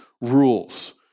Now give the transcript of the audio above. rules